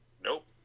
Nope